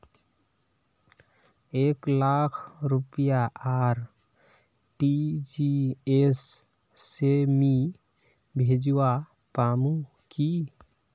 एक लाख रुपया आर.टी.जी.एस से मी भेजवा पामु की